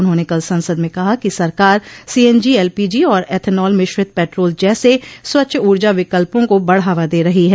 उन्होंने कल संसद में कहा कि सरकार सीएनजी एलपीजी और एथेनॉल मिश्रित पेट्रोल जैसे स्वच्छ ऊर्जा विकल्पों को बढ़ावा दे रही है